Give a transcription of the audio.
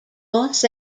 los